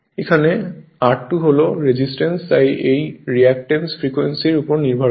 এখানে r2 হল resistance তবে এই রিয়্যাক্ট্যান্সটি ফ্রিকোয়েন্সির উপর নির্ভর করে